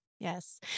Yes